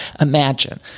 imagine